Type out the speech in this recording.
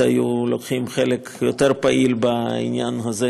היו לוקחים חלק יותר פעיל בעניין הזה,